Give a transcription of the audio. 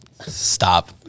Stop